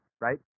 right